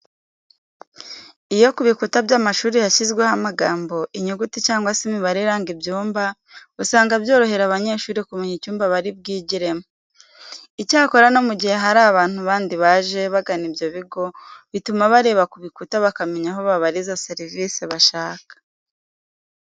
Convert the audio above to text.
Iyo ku bikuta by'amashuri hashyizweho amagambo, inyuguti cyangwa se imibare iranga ibyumba, usanga byorohera abanyeshuri kumenya icyumba bari bwigiremo. Icyakora no mu gihe hari abantu bandi baje bagana ibyo bigo, bituma bareba ku bikuta bakamenya aho babariza serivisi bashaka.